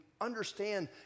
understand